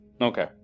Okay